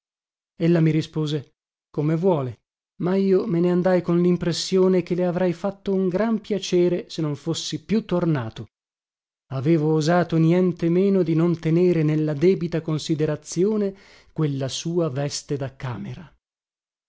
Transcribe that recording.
domattina ella mi rispose come vuole ma io me ne andai con limpressione che le avrei fatto un gran piacere se non fossi più tornato avevo osato nientemeno di non tenere nella debita considerazione quella sua veste da camera